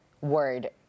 word